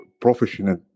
professional